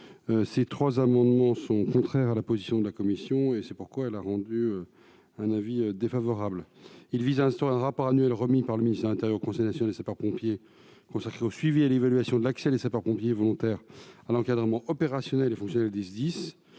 Ces trois amendements sont contraires à la position de la commission, qui y est donc défavorable. Ils visent à instaurer un rapport annuel remis par le ministère de l'intérieur au Conseil national des sapeurs-pompiers volontaires et consacré au suivi et à l'évaluation de l'accès des sapeurs-pompiers volontaires à l'encadrement opérationnel et fonctionnel des SDIS.